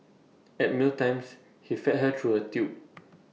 at meal times he fed her through A tube